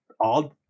odd